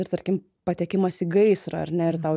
ir tarkim patekimas į gaisrą ar ne ir tau